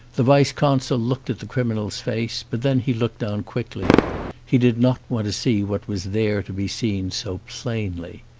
the vice-consul looked at the criminal's face, but then he looked down quickly he did not want to see what was there to be seen so plainly.